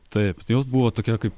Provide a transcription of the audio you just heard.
taip tai jau buvo tokia kaip